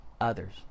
others